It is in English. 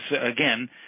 again